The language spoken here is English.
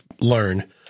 learn